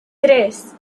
tres